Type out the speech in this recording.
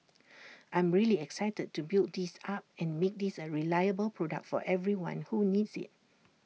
I'm really excited to build this up and make this A reliable product for everyone who needs IT